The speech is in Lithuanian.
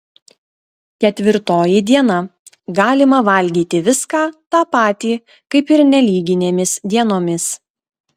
ketvirtoji diena galima valgyti viską tą patį kaip ir nelyginėmis dienomis